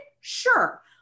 Sure